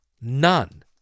none